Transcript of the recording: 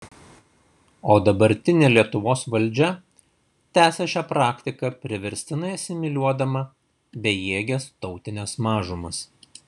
o dabartinė lietuvos valdžia tęsia šią praktiką priverstinai asimiliuodama bejėges tautines mažumas